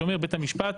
שאומר: בית המשפט,